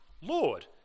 Lord